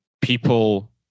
people